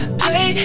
play